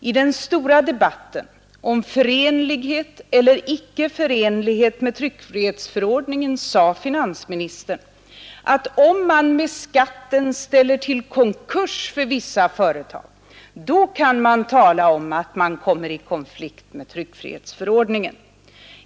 I den stora debatten om förenlighet eller icke förenlighet med tryckfrihetsförordningen sade finansministern att om man med skatten ställer till konkurs för vissa företag, då kan man tala om att man kommer i konflikt med tryckfrihetsförordningen.